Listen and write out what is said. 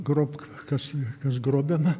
grobk kas kas grobiama